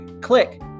Click